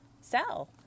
sell